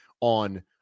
on